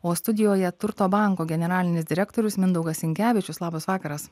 o studijoje turto banko generalinis direktorius mindaugas sinkevičius labas vakaras